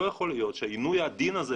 לא יכול להיות שעינוי הדין הזה,